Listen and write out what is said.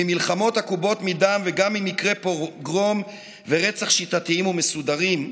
ממלחמות עקובות מדם וגם ממקרי פוגרום ורצח שיטתיים ומסודרים,